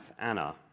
Anna